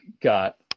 got –